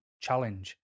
challenge